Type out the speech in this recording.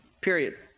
period